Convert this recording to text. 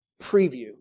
preview